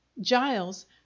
Giles